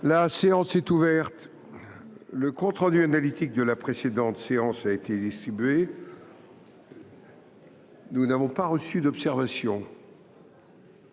La séance est ouverte. Le compte rendu analytique de la précédente séance a été distribué. Il n’y a pas d’observation